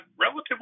relatively